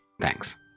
Thanks